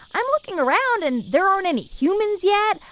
i'm looking around, and there aren't any humans yet.